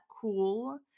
cool